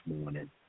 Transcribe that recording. morning